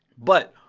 but,